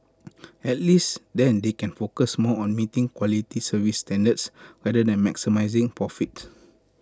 at least then they can focus more on meeting quality service standards rather than maximising profits